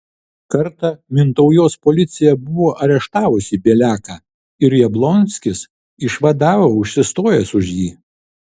kartą mintaujos policija buvo areštavusi bieliaką ir jablonskis išvadavo užsistojęs už jį